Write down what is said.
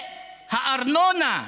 והארנונה,